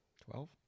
Twelve